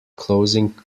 closing